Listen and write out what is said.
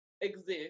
exist